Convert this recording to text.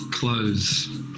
clothes